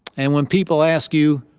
and when people ask you,